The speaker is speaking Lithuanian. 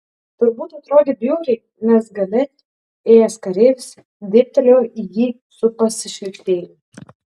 turbūt atrodė bjauriai nes gale ėjęs kareivis dėbtelėjo į jį su pasišlykštėjimu